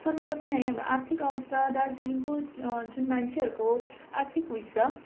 सर्वप्रथम हामी आर्थिक अवस्था दार्जिलिङको जुन मान्छेहरूको आर्थिक विस छ